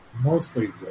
Mostly